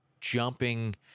jumping